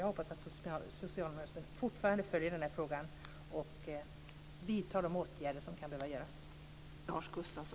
Jag hoppas fortfarande att socialministern fortsätter att följa frågan och vidtar de åtgärder som kan behöva göras.